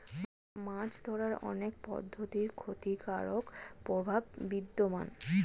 মাছ ধরার অনেক পদ্ধতির ক্ষতিকারক প্রভাব বিদ্যমান